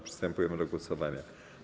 Przystępujemy do głosowania.